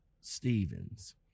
Stevens